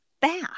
bath